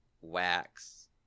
wax